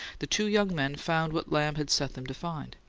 the two young men found what lamb had set them to find.